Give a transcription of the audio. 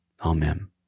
Amen